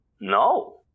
no